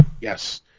Yes